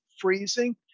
freezing